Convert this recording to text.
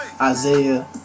Isaiah